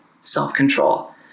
self-control